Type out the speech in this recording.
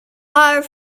are